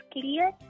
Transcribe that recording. clear